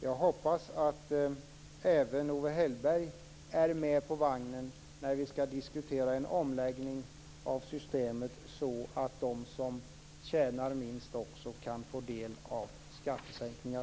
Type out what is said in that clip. Jag hoppas att även Owe Hellberg är med på vagnen när vi skall diskutera en omläggning av systemet så att de som tjänar minst också kan få del av skattesänkningar.